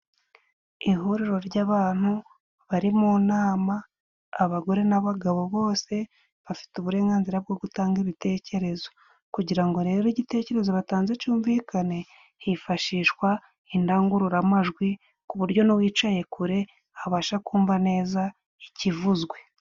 Ihuriro ry'abantu bari mu nama abagore n'abagabo, bose bafite uburenganzira bwo gutanga ibitekerezo, kugira ngo rero igitekerezo batanze cyumvikane hifashishwa indangururamajwi, ku buryo n'uwicaye kure habasha kumva neza ikivuzwe.